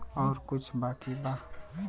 और कुछ बाकी बा?